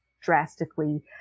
drastically